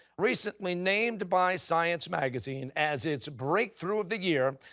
recently named by science magazine as its breakthrough of the year,